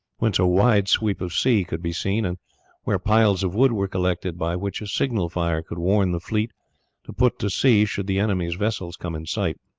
whence a wide sweep of sea could be seen, and where piles of wood were collected by which a signal fire could warn the fleet to put to sea should the enemy's vessels come in sight.